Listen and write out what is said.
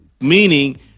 meaning